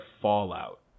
fallout